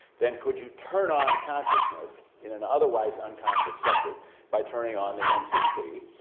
then could you turn on consciousness in an otherwise unconscious subject by turning on the ncc,